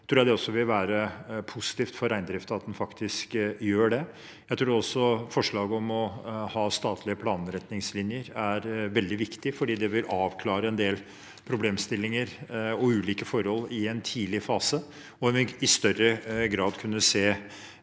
jeg det vil være positivt for reindriften at en faktisk gjør det. Jeg tror forslaget om å ha statlige planretningslinjer er veldig viktig fordi det vil avklare en del problemstillinger og ulike forhold i en tidlig fase, og en vil i større grad kunne se